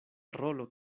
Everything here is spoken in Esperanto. rolo